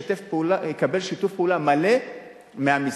יקבל שיתוף פעולה מלא מהמשרד.